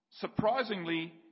Surprisingly